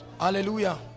Hallelujah